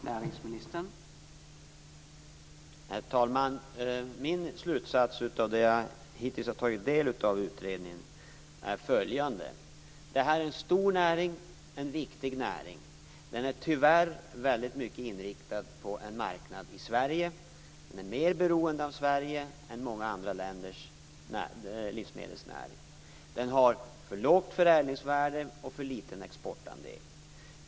Herr talman! Min slutsats av det jag hittills har tagit del av när det gäller utredningen är följande. Det här är en stor och viktig näring. Den är tyvärr väldigt mycket inriktad på en marknad i Sverige. Den är mer beroende av Sverige än många andra länders livsmedelsnäring. Den har för lågt förädlingsvärde och för liten exportandel.